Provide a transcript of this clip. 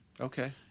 Okay